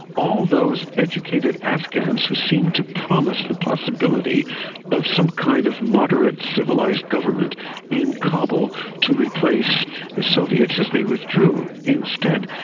all those educated afghans who seemed to promise the possibility of some kind of moderate civilised government in kabul to replace the soviets as they withdrew. instead,